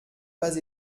pas